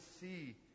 see